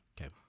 Okay